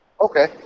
okay